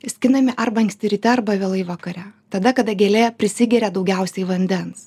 skinami arba anksti ryte arba vėlai vakare tada kada gėlė prisigeria daugiausiai vandens